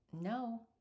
no